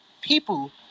people